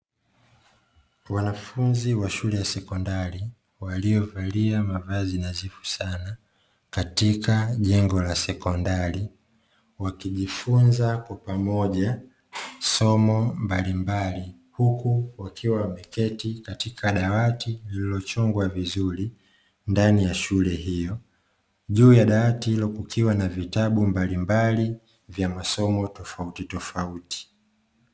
Wanafunzi wa shule ya sekondari waliovalia mavazi nadhifu sana katika jengo la sekondari, wakijifunza kwa pamoja masomo mbalimbali huku wakiwa wameketi katika dawati lililochongwa vizuri ndani ya shule hiyo. Juu ya dawati hilo kukiwa na vitabu mbalimbali vya masomo tofautitofauti.